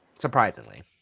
Surprisingly